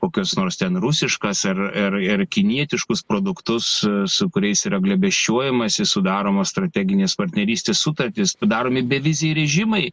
kokias nors ten rusiškas ar ar ir kinietiškus produktus su kuriais yra glėbesčiuojamasi sudaromos strateginės partnerystės sutartys sudaromi beviziai režimai